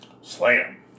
Slam